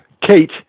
Kate